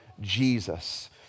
Jesus